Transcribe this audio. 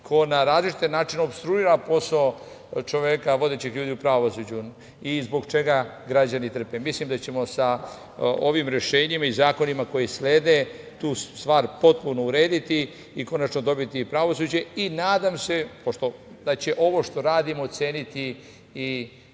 ko na različite načine opstruira posao čoveka, vodećih ljudi u pravosuđu i zbog čega građani trpe? Mislim da ćemo sa ovim rešenjima i zakonima koji slede tu stvar potpuno urediti i konačno dobiti pravosuđe i nadam se da će ovo što radimo oceniti i